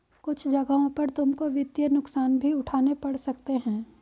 कुछ जगहों पर तुमको वित्तीय नुकसान भी उठाने पड़ सकते हैं